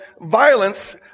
violence